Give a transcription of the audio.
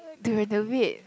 they renovate